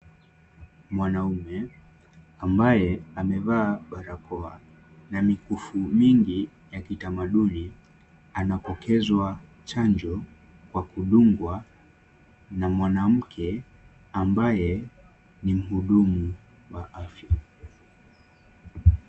Mwanaume ambaye amevaa barakoa na mikufu mingi ya kitamaduni anapokezwa chanjo kwa kudungwa na mwanamke ambaye ni mhudumu wa afya.